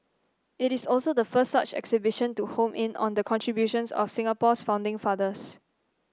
it is also the first such exhibition to home in on the contributions of Singapore's founding fathers